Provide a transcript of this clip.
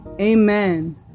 amen